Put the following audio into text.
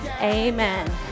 amen